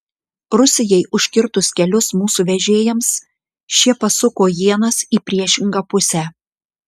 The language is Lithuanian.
rusijai užkirtus kelius mūsų vežėjams šie pasuko ienas į priešingą pusę